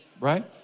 right